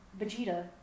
Vegeta